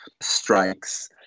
strikes